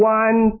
one